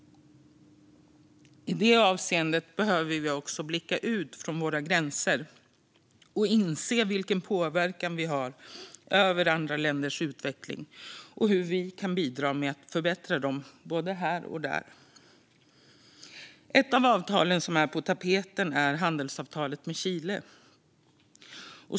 I det avseendet behöver vi också blicka ut över våra gränser och inse vilken påverkan vi har på andra länders utveckling samt hur vi kan bidra med att förbättra dem både här och där. Ett av avtalen som är på tapeten är handelsavtalet med Chile.